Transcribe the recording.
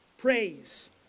Praise